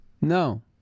No